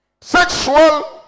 Sexual